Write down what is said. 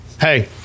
hey